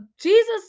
Jesus